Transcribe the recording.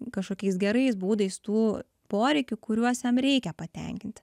kažkokiais gerais būdais tų poreikių kuriuos jam reikia patenkinti